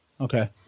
Okay